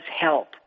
help